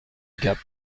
gap